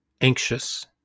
anxious